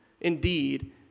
indeed